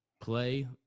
play